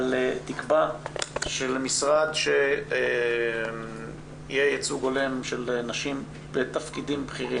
אבל תקבע שלמשרד שיהיה ייצוג הולם של נשים בתפקידים בכירים,